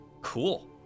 Cool